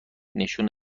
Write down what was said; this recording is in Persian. نشون